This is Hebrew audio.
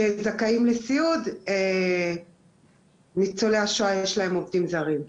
שזכאים לסיעוד, ניצולי השואה יש להם עובדים זרים.